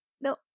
no